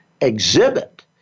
exhibit